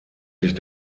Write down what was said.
sich